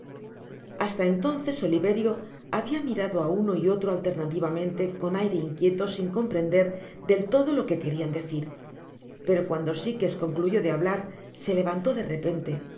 hasta entonces oliverio habia mirado á uno y otro alternativamente con aire inquieto sin comprender del todo lo que querian decir pero cuando sikes concluyó de hablar se levantó de repente se